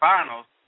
Finals